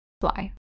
fly